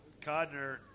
Codner